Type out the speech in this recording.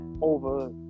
over